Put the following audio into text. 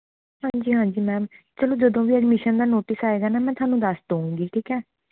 ਹਾਂਜੀ ਹਾਂਜੀ ਮੈਮ ਚਲੋ ਜਦੋਂ ਵੀ ਐਡਮੀਸ਼ਨ ਦਾ ਨੋਟਿਸ ਆਵੇਗਾ ਨਾ ਮੈਂ ਤੁਹਾਨੂੰ ਦੱਸ ਦੇਵਾਂਗੀ ਠੀਕ ਹੈ